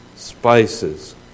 Spices